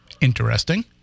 interesting